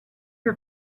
her